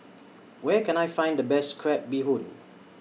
Where Can I Find The Best Crab Bee Hoon